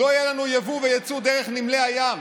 לא יהיו לנו יבוא ויצוא דרך נמלי הים.